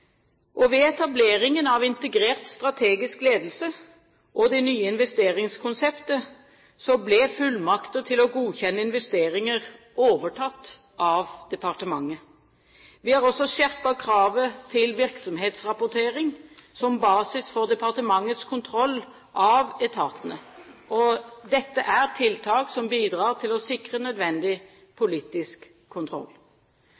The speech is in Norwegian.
Ved etableringen av integrert strategisk ledelse og det nye investeringskonseptet ble fullmakter til å godkjenne investeringer overtatt av departementet. Vi har også skjerpet kravet til virksomhetsrapportering som basis for departementets kontroll av etatene. Dette er tiltak som bidrar til å sikre nødvendig